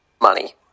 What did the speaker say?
money